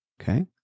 okay